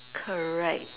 correct